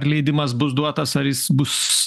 ar leidimas bus duotas ar jis bus